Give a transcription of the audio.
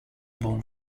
born